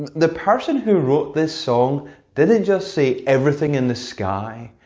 the person who wrote this song didn't just say everything in the sky,